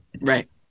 Right